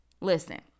Listen